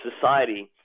society –